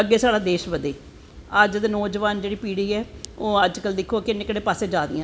अग्गैं साढ़ा देश बदै अज्ज दा साढ़ा जेह्ड़ा नौ जवान ऐ एह् अज्ज कल दिक्खो केह्ड़े केह्ड़े पास्सै जादियां नै